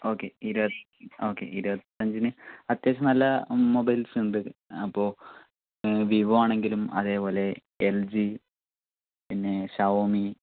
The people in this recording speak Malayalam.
ഓക്കെ ഇരു ഓക്കെ ഇരുപത്തഞ്ചിനു അത്യാവശ്യം നല്ല മൊബൈൽസുണ്ട് അപ്പോൾ വിവോ ആണെങ്കിലും അതേപോലെ എൽ ജി പിന്നേ ഷവോമി